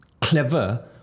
clever